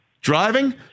Driving